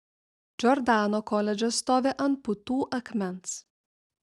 džordano koledžas stovi ant putų akmens